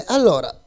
Allora